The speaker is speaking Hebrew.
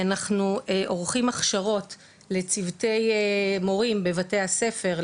אנחנו עורכים הכשרות לצוותי מורים בבתי הספר,